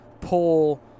pull